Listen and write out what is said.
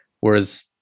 Whereas